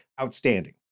outstanding